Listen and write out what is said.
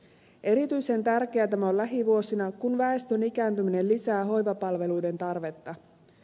erityisen tärkeää tämä on lähivuosina kun väestön ikääntyminen lisää hoivapalveluiden tarvetta